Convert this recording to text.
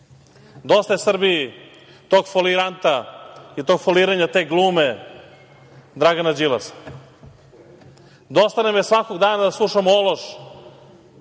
je Srbiji tog foliranta i tog foliranja, te glume Dragana Đilasa. Dosta nam je svakog dana da slušamo ološ